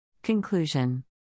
Conclusion